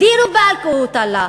"דירו באלכום" הוא תלה.